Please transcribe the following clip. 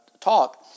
talk